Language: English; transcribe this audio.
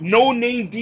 No-name